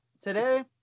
today